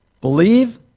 Believe